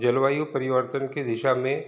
जलवायु परिवर्तन की दिशा में